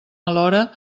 alhora